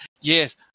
yes